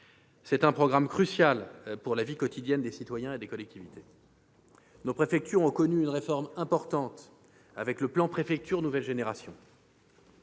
C'est un programme crucial pour la vie quotidienne des citoyens et des collectivités. Nos préfectures ont connu une réforme importante avec le plan Préfectures nouvelle génération.